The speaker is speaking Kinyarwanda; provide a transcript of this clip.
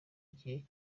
gihe